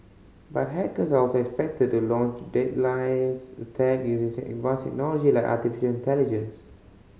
but hackers are also expected to launch deadlier's attack using advanced technology like artificial intelligence